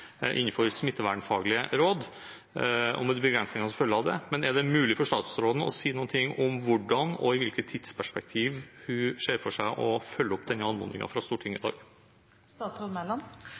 innenfor smittevernfaglige råd og med de begrensninger som følger av det, men er det mulig for statsråden å si noe om hvordan og i hvilket tidsperspektiv hun ser for seg å følge opp denne anmodningen fra Stortinget i